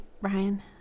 Ryan